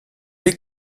les